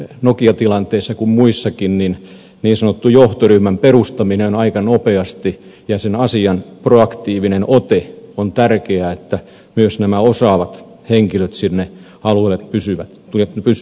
näin tämmöinen nokia tilanteessa kuten muissakin niin sanottu johtoryhmän perustaminen aika nopeasti ja sen asian proaktiivinen ote on tärkeää että myös nämä osaavat henkilöt siellä alueella säilyisivät